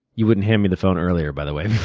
you wouldn't hand me the phone earlier, by the way,